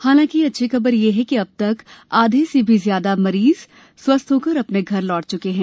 हालांकि अच्छी खबर यह है कि अब तक आधे से भी ज्यादा मरीज स्वस्थ होकर अपने घर लौट चुके हैं